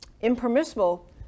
impermissible